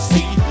See